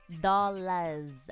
dollars